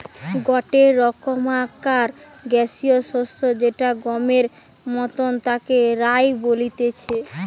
গটে রকমকার গ্যাসীয় শস্য যেটা গমের মতন তাকে রায় বলতিছে